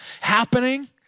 happening